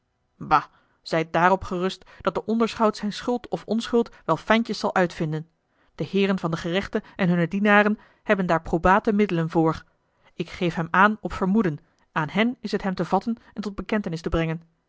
bah zijt daarop gerust dat de onderschout zijn schuld of onschuld wel fijntjes zal uitvinden de heeren van den gerechte en hunne dienaren hebben daar probate middelen voor ik geef hem aan op vermoeden aan hen is t hem te vatten en tot bekentenis te brengen